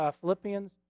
Philippians